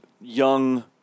young